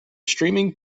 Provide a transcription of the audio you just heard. streaming